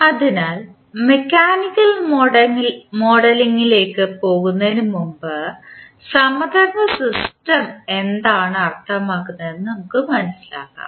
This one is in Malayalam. അതിനാൽ മെക്കാനിക്കൽ മോഡലിംഗിലേക്ക് പോകുന്നതിനുമുമ്പ് സമധർമ്മ സിസ്റ്റം എന്താണ് അർത്ഥമാക്കുന്നത് എന്ന് നമുക്ക് മനസിലാക്കാം